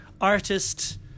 artist